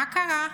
מה קרה?